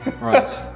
right